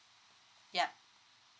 yup